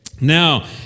Now